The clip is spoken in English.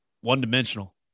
one-dimensional